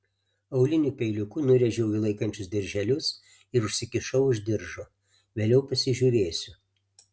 auliniu peiliuku nurėžiau jį laikančius dirželius ir užsikišau už diržo vėliau pasižiūrėsiu